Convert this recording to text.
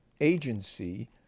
agency